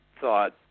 thought